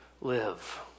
live